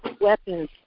weapons